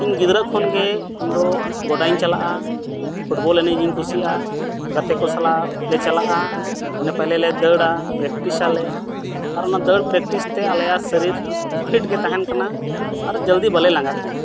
ᱤᱧ ᱜᱤᱫᱽᱨᱟᱹ ᱠᱷᱚᱱᱜᱮ ᱤᱧᱫᱚ ᱜᱚᱰᱟᱧ ᱪᱟᱞᱟᱜᱼᱟ ᱯᱷᱩᱴᱵᱚᱞ ᱮᱱᱮᱡ ᱤᱧ ᱠᱩᱥᱤᱭᱟᱜᱼᱟ ᱜᱟᱛᱮ ᱠᱚ ᱥᱟᱞᱟᱜ ᱞᱮ ᱪᱟᱞᱟᱜᱼᱟ ᱚᱸᱰᱮ ᱯᱮᱦᱞᱮᱞᱮ ᱫᱟᱹᱲᱟ ᱯᱨᱮᱠᱴᱤᱥᱟᱞᱮ ᱟᱨ ᱚᱱᱟ ᱫᱟᱹᱲ ᱯᱨᱮᱠᱴᱤᱥᱛᱮ ᱟᱞᱮᱭᱟᱜ ᱥᱟᱨᱤᱨ ᱯᱷᱤᱴᱜᱮ ᱛᱟᱦᱮᱱ ᱠᱟᱱᱟ ᱟᱨ ᱡᱚᱞᱫᱤ ᱵᱟᱞᱮ ᱞᱟᱸᱜᱟᱜ ᱠᱟᱱᱟ